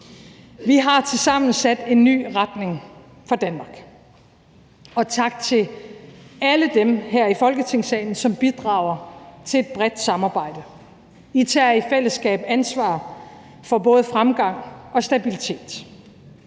Vi har tilsammen sat en ny retning for Danmark. Og tak til alle dem her i Folketingssalen, som bidrager til et bredt samarbejde. I tager i fællesskab ansvar for både fremgang og stabilitet.